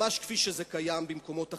ממש כפי שזה קיים במקומות אחרים.